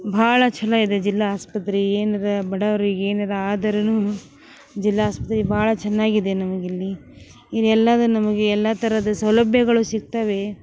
ಭಾಳ ಛಲೋ ಇದೆ ಜಿಲ್ಲಾ ಆಸ್ಪತ್ರೆ ಏನು ಅದ ಬಡವರಿಗ ಏನದಾ ಆದರುನೂ ಜಿಲ್ಲಾ ಆಸ್ಪತ್ರೆ ಭಾಳ ಚೆನ್ನಾಗಿದೆ ನಮಗಿಲ್ಲಿ ಇದು ಎಲ್ಲಾದು ನಮಗೆ ಎಲ್ಲಾ ಥರದ್ ಸೌಲಭ್ಯಗಳು ಸಿಗ್ತವೆ